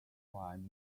prime